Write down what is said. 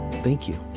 thank you.